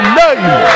name